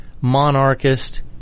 monarchist